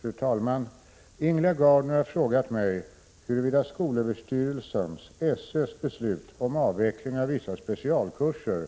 Fru talman! Ingela Gardner har frågat mig huruvida skolöverstyrelsens beslut om avveckling av vissa specialkurser